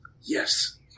Yes